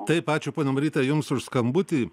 taip ačiū ponia maryte jums už skambutį